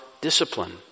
discipline